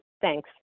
thanks